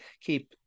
keep